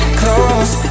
close